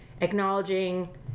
acknowledging